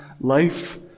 life